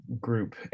group